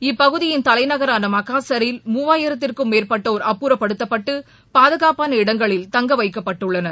இப்பகுதியின் தலைநகரான மக்காசரில் மூவாயிரத்திற்கும் மேற்பட்டோர் அப்புறப்படுத்தப்பட்டு பாதுகாப்பான இடங்களில் தங்க வைக்கப்பட்டுள்ளனர்